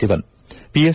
Sivan PS